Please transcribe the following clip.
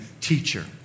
Teacher